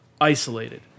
isolated